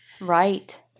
Right